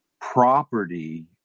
property